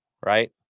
right